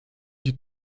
die